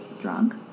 drunk